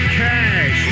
cash